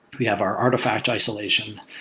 we have our artifact isolation.